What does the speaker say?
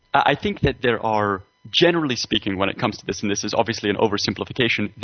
i think that there are generally speaking, when it comes to this and this is obviously an over-simplification.